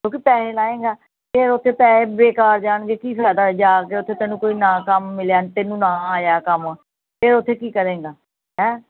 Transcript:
ਕਿਉਂਕਿ ਪੈਹੇ ਲਾਏਂਗਾ ਅਤੇ ਉੱਥੇ ਪੈਸੇ ਬੇਕਾਰ ਜਾਣਗੇ ਕੀ ਫਾਇਦਾ ਜਾ ਕੇ ਉੱਥੇ ਤੈਨੂੰ ਕੋਈ ਨਾ ਕੰਮ ਮਿਲਿਆ ਤੈਨੂੰ ਨਾ ਆਇਆ ਕੰਮ ਤਾਂ ਉੱਥੇ ਕੀ ਕਰੇਂਗਾ ਹੈਂ